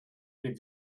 den